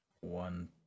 one